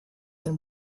than